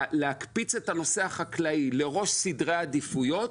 להקפיץ את הנושא החקלאי לראש סדרי העדיפויות,